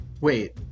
Wait